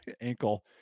ankle